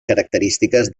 característiques